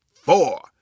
four